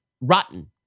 rotten